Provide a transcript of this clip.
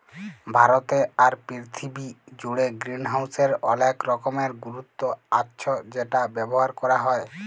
ভারতে আর পীরথিবী জুড়ে গ্রিনহাউসের অলেক রকমের গুরুত্ব আচ্ছ সেটা ব্যবহার ক্যরা হ্যয়